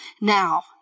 now